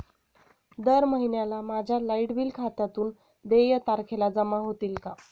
दर महिन्याला माझ्या लाइट बिल खात्यातून देय तारखेला जमा होतील का?